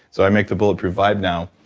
so i make the bulletproof vibe now.